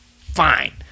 fine